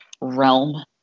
realm